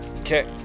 Okay